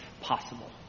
possible